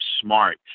smart